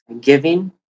giving